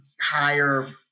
higher